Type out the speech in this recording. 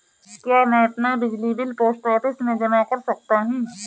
क्या मैं अपना बिजली बिल पोस्ट ऑफिस में जमा कर सकता हूँ?